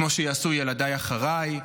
כמו שיעשו ילדיי אחריי.